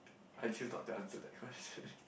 I choose not to answer that question